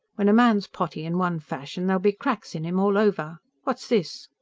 when a man's potty in one fashion, be cracks in him all over. what's this?